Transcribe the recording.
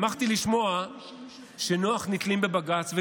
שמחתי לשמוע שכשנוח, נתלים בבג"ץ.